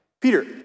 Peter